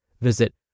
Visit